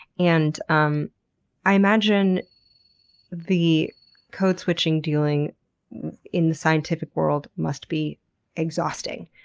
and um i imagine the code switching dealing in the scientific world must be exhausting.